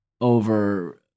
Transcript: over